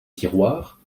tiroir